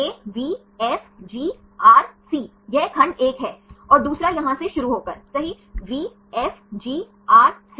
क्योंकि यह अन्य परमाणुओं से घिरा हुआ है